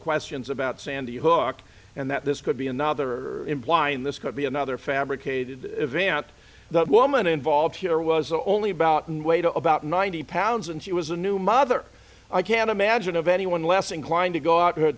questions about sandy who look and that this could be another implying this could be another fabricated event the woman involved here was only about in way to about ninety pounds and she was a new mother i can't imagine of anyone less inclined to go out